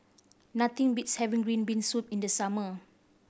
nothing beats having green bean soup in the summer